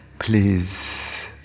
Please